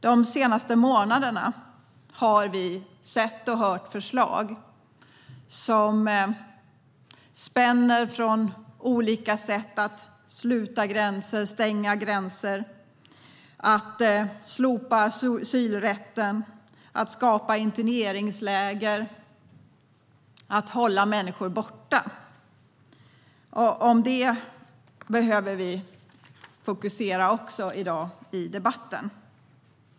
De senaste månaderna har vi sett och hört förslag som spänner över olika sätt att sluta gränser och stänga gränser, att slopa asylrätten, att skapa interneringsläger till att hålla människor borta. På detta behöver vi också fokusera i dag i debatten.